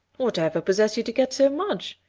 whatever possessed you to get so much?